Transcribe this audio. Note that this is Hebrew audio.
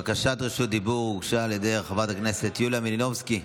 בקשת רשות דיבור הוגשה על ידי חברת הכנסת יוליה מלינובסקי.